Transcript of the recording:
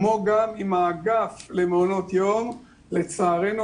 כמו גם עם האגף למעונות יום אבל לצערנו